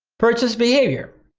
purchase behavior,